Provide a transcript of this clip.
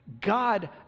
God